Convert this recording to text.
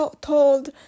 told